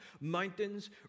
mountains